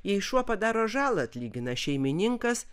jei šuo padaro žalą atlygina šeimininkas